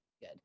good